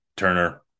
Turner